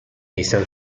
izan